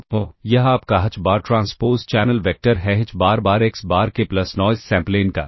तो यह आपका H bar transpose channel vector है H bar bar X bar k plus noise sample N का